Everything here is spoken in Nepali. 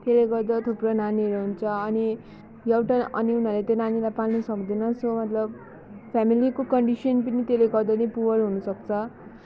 त्यसले गर्दा थुप्रो नानीहरू हुन्छ अनि एउटा अनि उनीहरूले त्यो नानीलाई पाल्नसक्दैन सो मतलब फ्यामिलीको कन्डिसन पनि त्यसले गर्दा नै पुवर हुनसक्छ